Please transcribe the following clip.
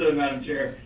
madam chair.